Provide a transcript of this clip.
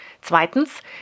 Zweitens